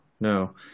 no